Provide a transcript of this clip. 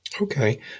okay